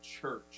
church